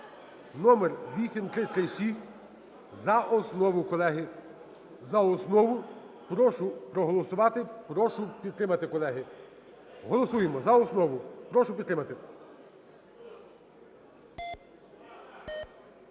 (номер 8336) за основу, колеги, за основу. Прошу проголосувати, прошу підтримати, колеги. Голосуємо за основу. Прошу підтримати.